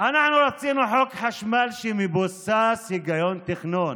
אנחנו רוצים חוק חשמל שמבוסס על היגיון תכנון,